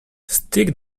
stick